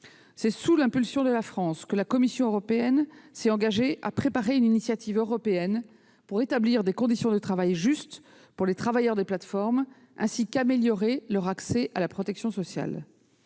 c'est sous l'impulsion de la France que la Commission européenne s'est engagée à préparer une initiative européenne pour établir des conditions de travail justes pour les travailleurs des plateformes et améliorer leur accès à la protection sociale.